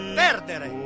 perdere